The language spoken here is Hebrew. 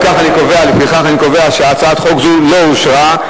לפיכך אני קובע שהצעת חוק זו לא אושרה.